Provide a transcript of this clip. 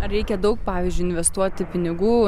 reikia daug pavyzdžiui investuoti pinigų